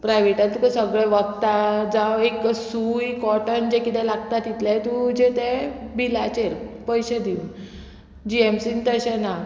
प्रायवेटान तुका सगळें वकदां जावं एक सूय कॉटन जें किदें लागता तितलेंय तुजें तें बिलाचेर पयशे दिवन जीएमसीन तशें ना